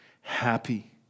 happy